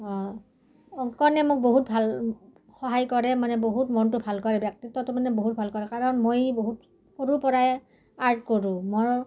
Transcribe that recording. অংকনে মোক বহুত ভাল সহায় কৰে মানে বহুত মনটো ভাল কৰে ব্যক্তিত্বটো মানে বহুত ভাল কৰে কাৰণ মই বহুত সৰুৰ পৰাই আৰ্ট কৰোঁ মোৰ